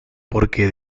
porque